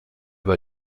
bei